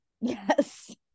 Yes